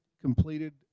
completed